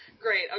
great